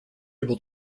able